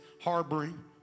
harboring